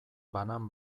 banan